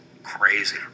Crazy